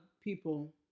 people